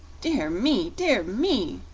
dear me! dear me!